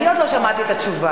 אני עוד לא שמעתי את התשובה.